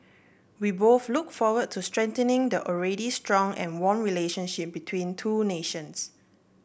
we both look forward to strengthening the already strong and warm relationship between two nations